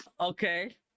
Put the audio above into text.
okay